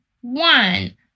one